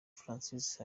francis